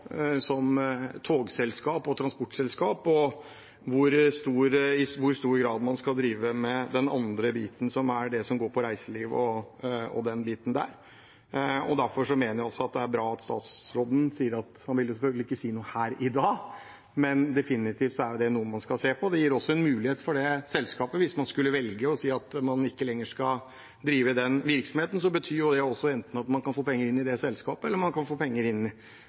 i hvor stor grad man skal drive med den andre biten som går på det med reiseliv. Derfor mener jeg det er bra at statsråden sier at han selvfølgelig ikke vil si noe her i dag, men at det definitivt er noe man skal se på. Det gir også en mulighet for selskapet, hvis man skulle velge å si at man ikke lenger skal drive virksomheten, til at man enten kan få penger inn i selskapet eller man kan få penger inn